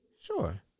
sure